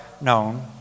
known